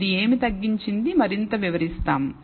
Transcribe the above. ఇది ఏమి తగ్గించింది మరింత వివరిస్తాము